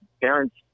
parents